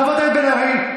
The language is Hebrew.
חברת הכנסת בן ארי,